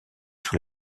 sur